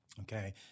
Okay